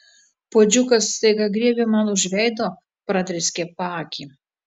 puodžiukas staiga griebė man už veido pradrėskė paakį